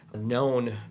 known